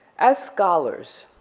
as scholars,